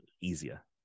easier